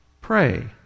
pray